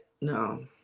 no